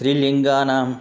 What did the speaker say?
त्रिलिङ्गाणाम्